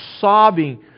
sobbing